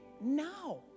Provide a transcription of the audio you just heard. now